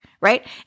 right